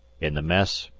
in the mess,